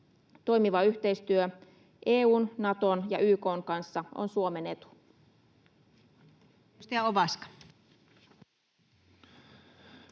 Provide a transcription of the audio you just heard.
Toimiva yhteistyö EU:n, Naton ja YK:n kanssa on Suomen etu.